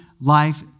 life